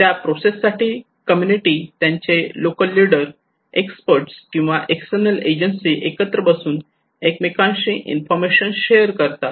त्या प्रोसेस साठी कम्युनिटी त्यांचे लोकल लीडर एक्सपर्ट किंवा एक्स्टर्नल एजन्सी एकत्र बसून एकमेकांशी इन्फॉर्मेशन शेअर करतात